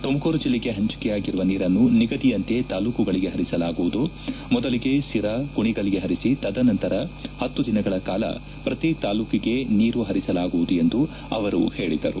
ತುಮಕೂರು ಜಿಲ್ಲೆಗೆ ಪಂಚಿಕೆಯಾಗಿರುವ ನೀರನ್ನು ನಿಗದಿಯಂತೆ ತಾಲ್ಲೂಕುಗಳಿಗೆ ಪರಿಸಲಾಗುವುದು ಮೊದಲಿಗೆ ಸಿರಾ ಕುಣಿಗಲ್ಗೆ ಪರಿಸಿ ತದನಂತರ ಪತ್ತು ದಿನಗಳ ಕಾಲ ಪ್ರತಿ ತಾಲ್ಡೂಳಿಗೆ ನೀರು ಪರಿಸಲಾಗುವುದು ಎಂದು ಅವರು ಹೇಳಿದರು